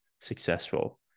successful